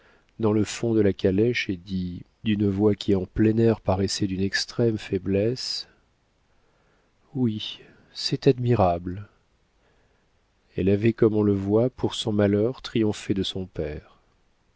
dans le fond de la calèche et dit d'une voix qui en plein air paraissait d'une extrême faiblesse oui c'est admirable elle avait comme on le voit pour son malheur triomphé de son père